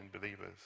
believers